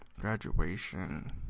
graduation